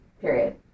period